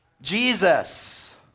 Jesus